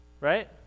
Right